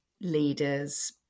leaders